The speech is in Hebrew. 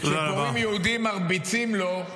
כשפורעים יהודים מרביצים לו,